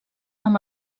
amb